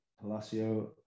Palacio